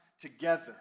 together